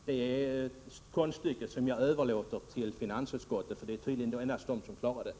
Det är ett konststycke som jag överlåter åt finansutskottets ledamöter, för det är tydligen endast de som klarar detta.